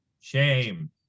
Shame